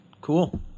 Cool